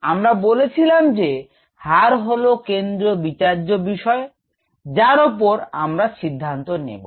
আমরা বলেছিলাম যে হার হল কেন্দ্রীয় বিচার্য বিষয় যার ওপর আমরা সিদ্ধান্ত নেব